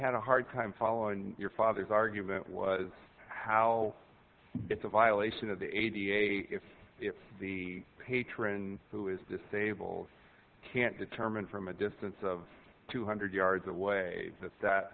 had a hard time following your father's argument was how it's a violation of the a da if the patron who is disabled can't determine from a distance of two hundred yards away that